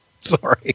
Sorry